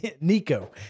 Nico